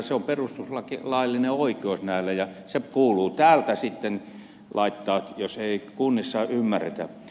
se on perustuslaillinen oikeus heille ja se kuuluu täältä sitten laittaa jos ei kunnissa ymmärretä